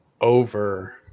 over